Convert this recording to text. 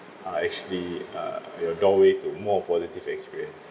are actually uh your doorway to more positive experience